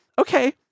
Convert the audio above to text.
okay